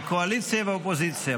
מהקואליציה ומהאופוזיציה,